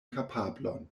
kapablon